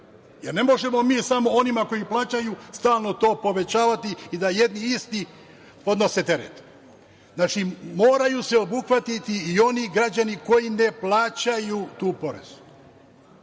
jer, ne možemo mi samo onima koji plaćaju stalno to povećavati i da jedni isti podnose teret. Znači, moraju se obuhvatiti i oni građani koji ne plaćaju taj porez.